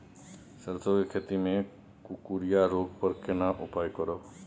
सरसो के खेती मे कुकुरिया रोग पर केना उपाय करब?